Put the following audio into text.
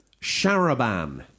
Sharaban